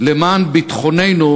למען ביטחוננו,